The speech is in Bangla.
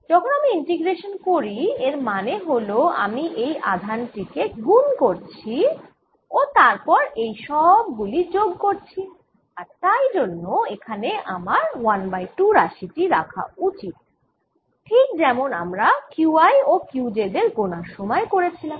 যখন আমি ইন্টিগ্রেশান করি এর মানে হল আমি এই আধান টি কে গুণ করছি ও তারপর এই সব গুলি যোগ করছি আর তাই জন্য এখানে আমার 1 বাই 2 রাশি টি রাখা উচিত ঠিক যেমন আমরা Qi ও Qj দের গোনার সময় করেছিলাম